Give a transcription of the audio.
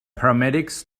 paramedics